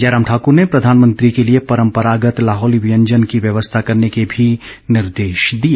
जयराम ठाकर ने प्रधानमंत्री के लिए परम्परागत लाहौली व्यंजन की व्यवस्था करने के भी निर्देश दिए